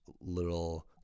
little